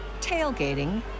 tailgating